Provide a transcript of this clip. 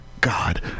God